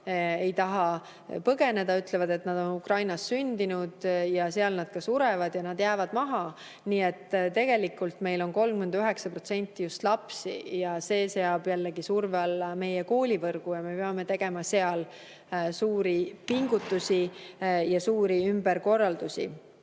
ei taha põgeneda, ütlevad, et nad on Ukrainas sündinud ja seal nad ka surevad, ning nad jäävad maha. Nii et tegelikult meil on 39% just lapsi ja see seab surve alla meie koolivõrgu. Me peame tegema seal suuri pingutusi ja suuri ümberkorraldusi.